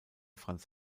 franz